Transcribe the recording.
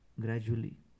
gradually